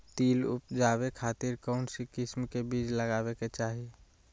तिल उबजाबे खातिर कौन किस्म के बीज लगावे के चाही?